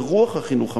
ברוח החינוך המשלב,